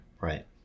right